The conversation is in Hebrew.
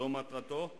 זו מטרתו.